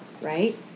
right